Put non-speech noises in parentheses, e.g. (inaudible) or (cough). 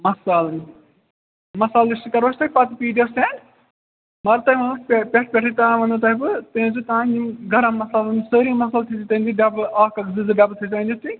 اَکھ (unintelligible) مصال لِسٹہٕ کَرو أسۍ تۄہہِ پتہٕ پی ڈی ایٚف سیٚنٛڈ مگر تۄہہِ وَنہو پٮ۪ٹھ پٮ۪ٹھٔے تانۍ وَنہو تۄہہِ بہٕ تُہۍ أنۍ زیٛو تانۍ یِم گرٕم مصال (unintelligible) سٲری مصال تھٲیزیٛو تُہۍ أنۍ زیٛو ڈَبہٕ اَکھ اَکھ زٕ زٕ ڈَبہٕ تھٲیزیٛو أنِتھ تُہۍ